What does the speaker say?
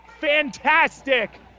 Fantastic